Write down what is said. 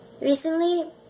Recently